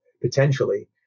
potentially